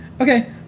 Okay